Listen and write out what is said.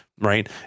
Right